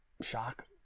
shock